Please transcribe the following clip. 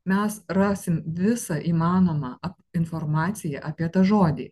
mes rasim visą įmanomą informaciją apie tą žodį